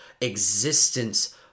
existence